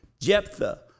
Jephthah